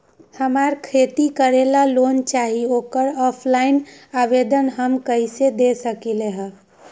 हमरा खेती करेला लोन चाहि ओकर ऑफलाइन आवेदन हम कईसे दे सकलि ह?